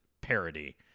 parody